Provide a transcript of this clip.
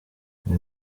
uyu